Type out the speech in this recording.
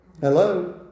Hello